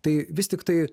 tai vis tiktai